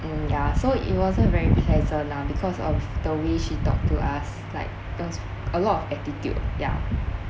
mm ya so it wasn't very pleasant now because of the way she talk to us like us a lot of attitude yeah